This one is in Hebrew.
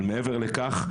אבל מעבר לכך,